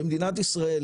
מדינת ישראל,